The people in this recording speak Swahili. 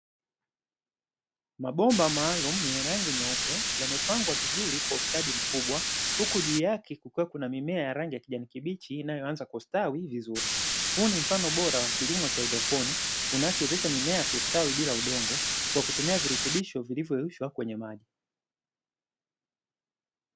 Mabomba maalumu yenye rangi nyeupe yamepangwa vizuri kwa ustadi mkubwa, huku juu yake kukiwa kuna mimea ya rangi ya kijani kibichi inayoanza kustawi vizuri. Huu ni mfano bora wa kilimo cha haidroponi, unachowezesha mimea ya kustawi bila udongo kwa kutumia virutubisho kwenye maji.